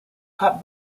cut